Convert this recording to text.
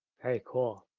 very cool,